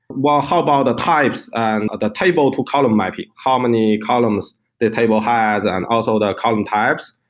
well, how about the types and the table to column, might be how many columns the table has and also the column types,